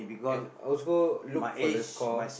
and also look for the score